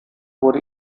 wurde